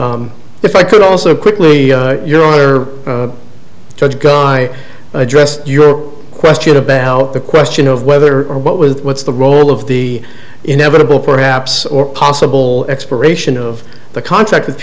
if i could also quickly your honor judge guy addressed your question about the question of whether or what with what's the role of the inevitable perhaps or possible expiration of the contract with